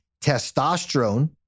testosterone